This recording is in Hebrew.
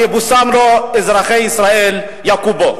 יבושם לו, אזרחי ישראל יכו בו.